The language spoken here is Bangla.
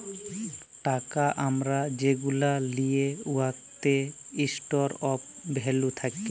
টাকা আমরা যেগুলা লিই উয়াতে ইস্টর অফ ভ্যালু থ্যাকে